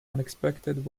unexpected